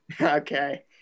Okay